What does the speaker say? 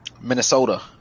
Minnesota